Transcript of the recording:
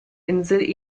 insel